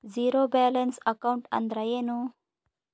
Zero balance account ಅಂದ್ರ ಏನು?